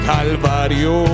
Calvario